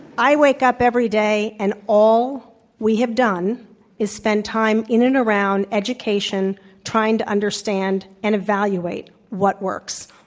i wake up every day and all we have done is spend time in and around education trying to understand an evaluate what works.